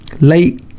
late